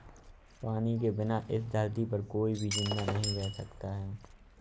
पानी के बिना इस धरती पर कोई भी जिंदा नहीं रह सकता है